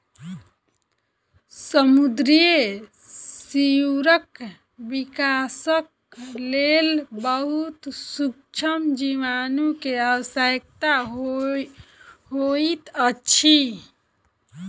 समुद्री सीवरक विकासक लेल बहुत सुक्ष्म जीवाणु के आवश्यकता होइत अछि